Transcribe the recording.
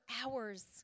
hours